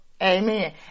Amen